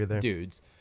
dudes